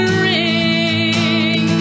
ring